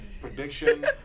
prediction